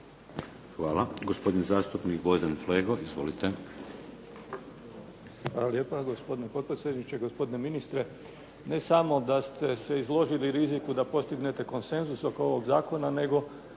Hvala. Gospodin zastupnik Gvozden Flego. Izvolite. **Flego, Gvozden Srećko (SDP)** Hvala lijepa. Gospodine potpredsjedniče, gospodine ministre. Ne samo da ste se izložili riziku da postignete konsenzus oko ovog zakona, nego